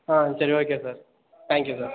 ஆ சரி okay sir thank you sir